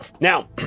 Now